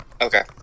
Okay